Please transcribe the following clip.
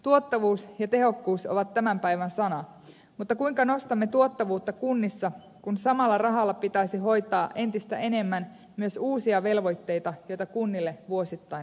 tuottavuus ja tehokkuus ovat tämän päivän sanoja mutta kuinka nostamme tuottavuutta kunnissa kun samalla rahalla pitäisi hoitaa entistä enemmän myös uusia velvoitteita joita kunnille vuosittain osoitetaan